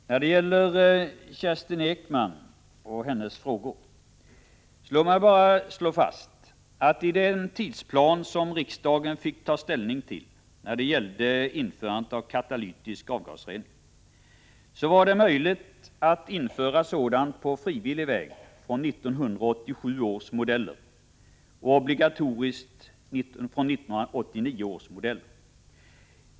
Herr talman! Låt mig när det gäller Kerstin Ekman och hennes frågor bara slå fast att det enligt den tidsplan för införande av katalytisk avgasrening som riksdagen fick ta ställning till var möjligt att införa sådan på frivillig väg från 1987 års modeller och obligatoriskt från 1989 års modeller.